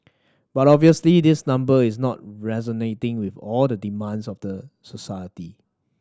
but obviously this number is not resonating with all the demands of the society